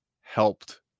helped